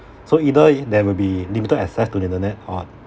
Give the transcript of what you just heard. so either there will be limited access to the internet or